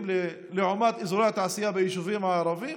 לעומת אזורי התעשייה ביישובים הערביים,